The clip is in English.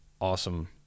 awesome